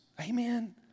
amen